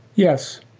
yes,